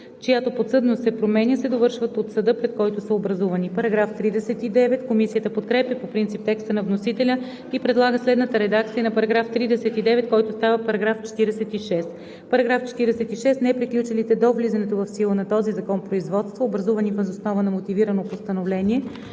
чиято подсъдност се променя, се довършват от съда, пред който са образувани.“ Комисията подкрепя по принцип текста на вносителя и предлага следната редакция на § 39, който става § 46: „§ 46. Неприключилите до влизането в сила на този закон производства, образувани въз основа на мотивирано постановление